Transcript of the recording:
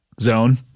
Zone